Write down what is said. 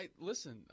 Listen